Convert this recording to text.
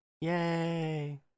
Yay